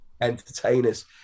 entertainers